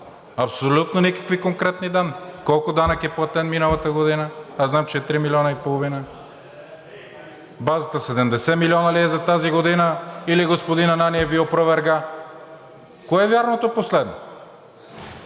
абсолютно никакви конкретни данни! Колко данък е платен миналата година? Аз знам, че е 3,5 милиона. Базата 70 милиона ли е за тази година, или господин Ананиев Ви опроверга? Кое е вярното последно?